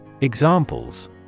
Examples